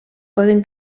poden